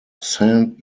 saint